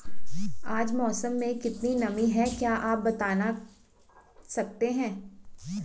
आज मौसम में कितनी नमी है क्या आप बताना सकते हैं?